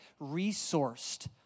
resourced